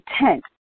tent